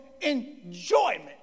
enjoyment